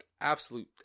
absolute